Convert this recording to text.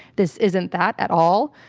this isn't that at all,